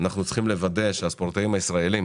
אנחנו צריכים לוודא שהספורטאים הישראלים